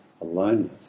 aloneness